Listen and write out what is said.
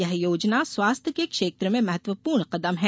ये योजना स्वास्थ्य के क्षेत्र में महत्वपूर्ण कदम है